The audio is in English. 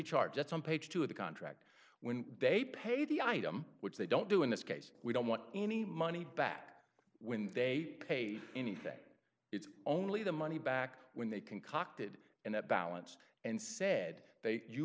that's on page two of the contract when they pay the item which they don't do in this case we don't want any money back when they pay anything it's only the money back when they concocted in the balance and said